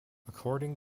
according